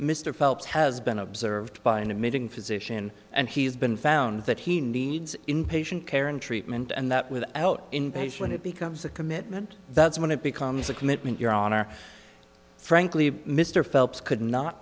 mr phelps has been observed by intimating physician and he's been found that he needs in patient care and treatment and that with out inpatient it becomes a commitment that's when it becomes a commitment your honor frankly mr phelps could not